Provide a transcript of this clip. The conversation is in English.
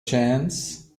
chance